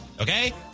Okay